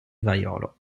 vaiolo